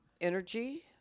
energy